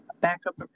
backup